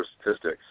statistics